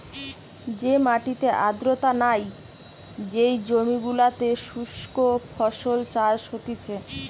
যে মাটিতে আর্দ্রতা নাই, যেই জমি গুলোতে শুস্ক ফসল চাষ হতিছে